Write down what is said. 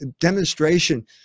demonstration